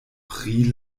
pri